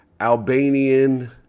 Albanian